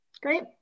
Great